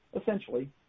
essentially